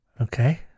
Okay